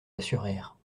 assurèrent